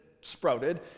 sprouted